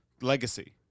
Legacy